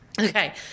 Okay